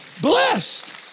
blessed